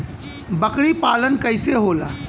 बकरी पालन कैसे होला?